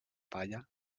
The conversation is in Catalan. palla